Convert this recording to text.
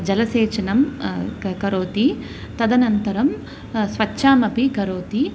जलसेचनं क करोति तदनन्तरं स्वच्छामपि करोति